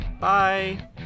Bye